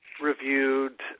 reviewed